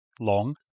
long